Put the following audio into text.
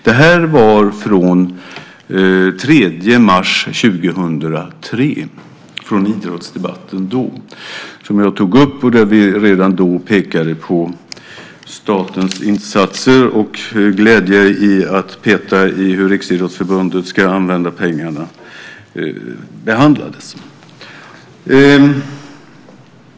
Det här är hämtat från idrottsdebatten den 3 mars 2003. Redan då pekade vi på statens insatser, och glädjen i att peta i frågan om hur Riksidrottsförbundet ska använda pengarna behandlades.